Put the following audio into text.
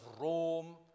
Rome